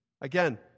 Again